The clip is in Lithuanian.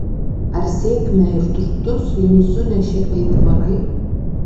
ar sėkmę ir turtus jums sunešė aitvarai